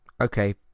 okay